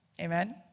Amen